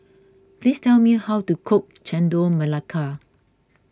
please tell me how to cook Chendol Melaka